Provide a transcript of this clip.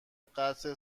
قطع